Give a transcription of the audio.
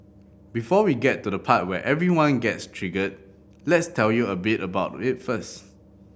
before we get to the part where everyone gets triggered let's tell you a bit about it first